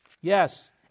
yes